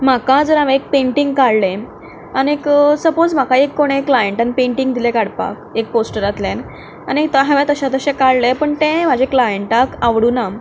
म्हाका जर हांवें पेंटींग काडलें आनीक सपोज म्हाका एक कोणेंय क्लायंटान पेंटींग दिलें काडपाक एक पोस्टरांतल्यान आनी हांवें तशा तशें काडलें पूण तें म्हाज्या क्लायंटाक आवडूं ना